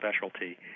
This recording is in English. specialty